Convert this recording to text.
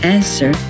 Answer